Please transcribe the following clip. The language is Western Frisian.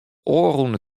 ôfrûne